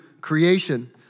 creation